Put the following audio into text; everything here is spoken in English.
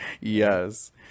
Yes